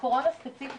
הקורונה ספציפית,